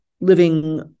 living